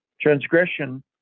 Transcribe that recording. transgression